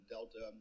Delta